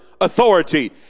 authority